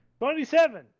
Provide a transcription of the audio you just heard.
Twenty-seven